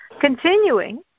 Continuing